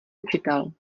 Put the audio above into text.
učitel